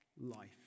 life